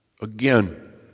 Again